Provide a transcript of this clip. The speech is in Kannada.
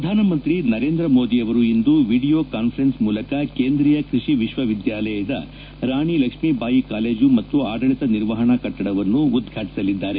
ಪ್ರಧಾನಮಂತ್ರಿ ನರೇಂದ್ರ ಮೋದಿ ಅವರು ಇಂದು ವಿಡಿಯೋ ಕಾನ್ವರೆನ್ಸ್ ಮೂಲಕ ಕೇಂದ್ರೀಯ ಕೃಷಿ ವಿಶ್ವವಿದ್ಯಾಲಯದ ರಾಣಿ ಲಕ್ಷ್ಮೀಬಾಯಿ ಕಾಲೇಜು ಮತ್ತು ಆದಳಿತ ನಿರ್ವಹಣಾ ಕಟ್ಟಡವನ್ನು ಉದ್ಘಾಟಿಸಲಿದ್ದಾರೆ